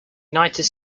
united